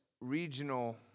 regional